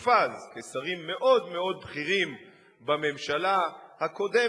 מופז כשרים מאוד מאוד בכירים בממשלה הקודמת,